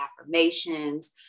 affirmations